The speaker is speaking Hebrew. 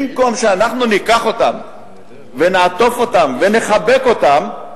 במקום שאנחנו ניקח אותם ונעטוף אותם ונחבק אותם,